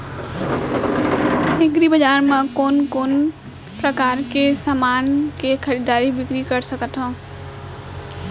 एग्रीबजार मा मैं कोन कोन परकार के समान के खरीदी बिक्री कर सकत हव?